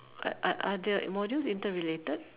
are are are their modules interrelated